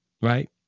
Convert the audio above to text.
right